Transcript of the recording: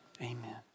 amen